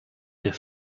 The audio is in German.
der